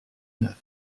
neuf